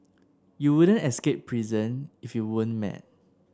you wouldn't escape prison if you weren't mad